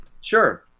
Sure